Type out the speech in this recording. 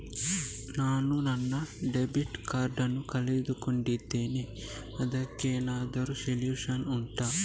ನಾನು ನನ್ನ debit card ನ್ನು ಕಳ್ಕೊಂಡಿದ್ದೇನೆ ಅದಕ್ಕೇನಾದ್ರೂ ಸೊಲ್ಯೂಷನ್ ಉಂಟಾ